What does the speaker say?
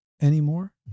anymore